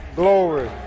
glory